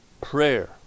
prayer